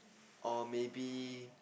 or maybe